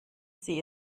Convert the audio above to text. sie